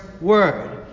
word